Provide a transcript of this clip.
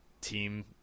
team